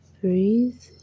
Breathe